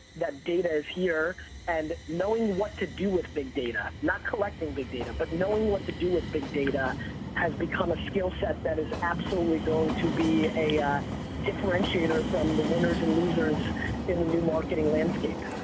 that data is here and knowing what to do with big data. not collecting big data, but knowing what to do with big data has become a skill set that is absolutely going to be a differentiator from the winners and losers in the new marketing landscape.